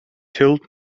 told